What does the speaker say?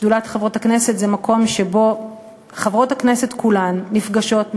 שדולת חברות הכנסת היא מקום שבו חברות הכנסת כולן נפגשות,